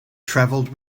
travelled